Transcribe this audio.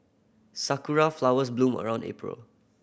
sakura flowers bloom around April